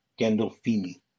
Gandolfini